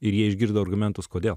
ir jie išgirdo argumentus kodėl